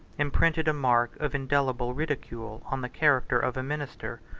imprinted a mark of indelible ridicule on the character of a minister,